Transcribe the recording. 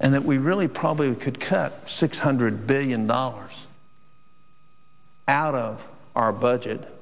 and that we really probably could cut six hundred billion dollars out of our budget